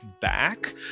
back